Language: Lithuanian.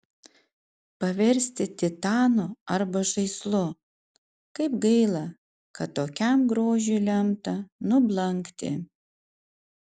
paversti titanu arba žaislu kaip gaila kad tokiam grožiui lemta nublankti